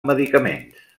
medicaments